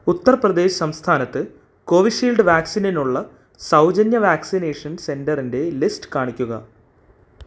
ഉത്തർപ്രദേശ് സംസ്ഥാനത്ത് കോവിഷീൽഡ് വാക്സിനിനുള്ള സൗജന്യ വാക്സിനേഷൻ സെന്ററിന്റെ ലിസ്റ്റ് കാണിക്കുക